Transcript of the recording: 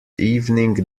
evening